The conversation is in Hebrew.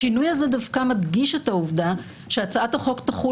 השינוי הזה דווקא מדגיש את העובדה שהצעת החוק תחול